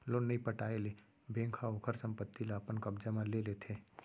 loan नइ पटाए ले बेंक ह ओखर संपत्ति ल अपन कब्जा म ले लेथे